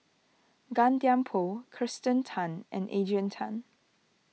Gan Thiam Poh Kirsten Tan and Adrian Tan